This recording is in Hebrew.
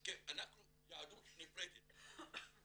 כי אנחנו יהדות נפרדת.